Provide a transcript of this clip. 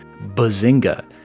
Bazinga